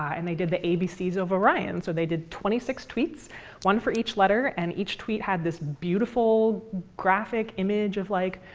and they did the abcs of orion. so they did twenty six tweets one for each letter and each tweet had this beautiful graphic image of like,